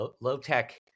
low-tech